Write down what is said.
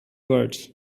words